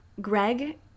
Greg